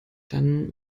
dann